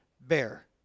bear